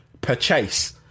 purchase